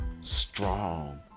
strong